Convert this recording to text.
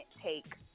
take